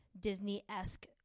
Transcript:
disney-esque